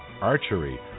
archery